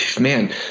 Man